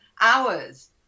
hours